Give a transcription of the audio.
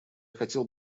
хотел